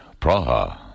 Praha